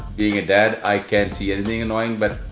being a dad i can't see anything annoying but,